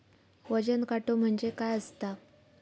वजन काटो म्हणजे काय असता?